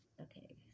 Okay